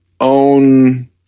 own